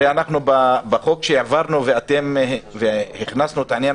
הרי בחוק שהעברנו והכנסנו את העניין